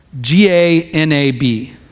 G-A-N-A-B